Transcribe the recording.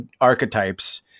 archetypes